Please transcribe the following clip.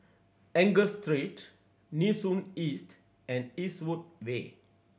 Angus Street Nee Soon East and Eastwood Way